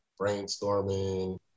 brainstorming